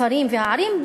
הכפרים והערים,